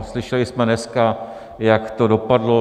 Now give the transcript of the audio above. Slyšeli jsme dneska, jak to dopadlo.